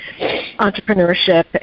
entrepreneurship